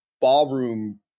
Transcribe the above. ballroom